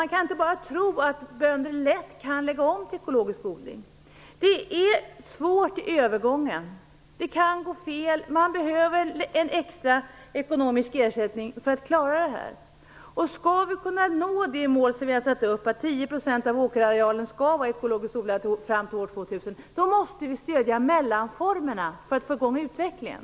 Man kan inte bara tro att bönderna lätt kan lägga om till ekologisk odling. Det är svårt i övergången. Det kan gå fel. Man behöver en extra ekonomisk ersättning för att klara det. Skall vi kunna nå det mål vi har satt upp, att 10 % 2000, då måste vi stödja mellanformerna för att få i gång utvecklingen.